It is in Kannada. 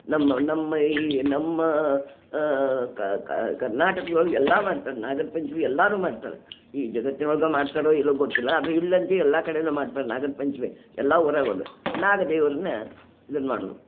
ನಮ್ಮ ನಮ್ಮ ಈ ನಮ್ಮ ಕರ್ನಾಟಕದೊಳಗೆಲ್ಲ ಮಾಡ್ತಾರೆ ನಾಗರ ಪಂಚಮಿ ಎಲ್ಲಾರು ಮಾಡ್ತಾರೆ ಈ ಜಗತ್ತಿನೊಳಗೆ ಮಾಡ್ತಿರೋ ಇಲ್ಲವೋ ಗೊತ್ತಿಲ್ಲ ಅದು ಇಲ್ಯಂತು ಎಲ್ಲಾ ಕಡೆನು ಮಾಡ್ತಾರೆ ನಾಗರ ಪಂಚಮಿ ಎಲ್ಲ ಊರಾಗುನು ನಾಗದೇವರನ್ನ ಇದನ್ನ ಮಾಡುದು